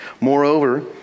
Moreover